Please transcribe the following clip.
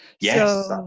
Yes